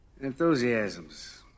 Enthusiasms